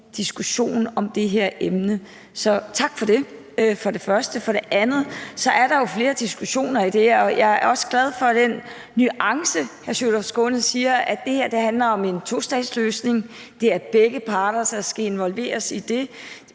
diskussion om det her emne, så tak for det – for det første. For det andet er der jo flere diskussioner i det, og jeg er også glad for den nuance, som hr. Sjúrður Skaale siger, i forhold til at det her handler om en tostatsløsning, det er begge parter, der skal involveres i det.